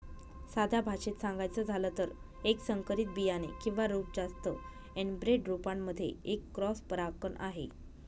साध्या भाषेत सांगायचं झालं तर, एक संकरित बियाणे किंवा रोप जास्त एनब्रेड रोपांमध्ये एक क्रॉस परागकण आहे